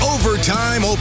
Overtime